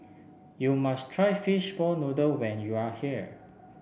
you must try Fishball Noodle when you are here